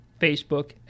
facebook